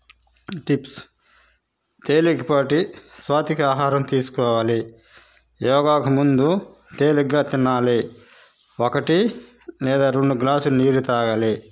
tips తేలికపాటి సాత్విక ఆహారం తీసుకోవాలి యోగాకు ముందు తేలిగ్గా తినాలి ఒకటి లేదా రెండు గ్లాసులు నీరు తాగాలి యోగాకు